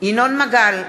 ינון מגל,